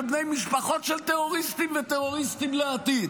בני משפחות של טרוריסטים וטרוריסטים לעתיד.